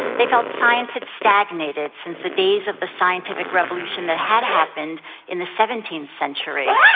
they felt science had stagnated since the days of the scientific revolution that had happened in the seventeenth century.